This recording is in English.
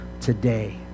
today